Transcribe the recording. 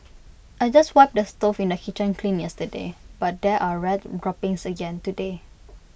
I just wiped the stove in the kitchen clean yesterday but there are rat droppings again today